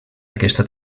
aquesta